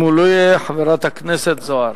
אם לא יהיה, חברת הכנסת זוארץ.